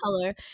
color